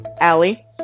Allie